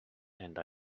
and